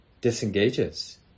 disengages